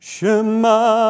Shema